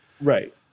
Right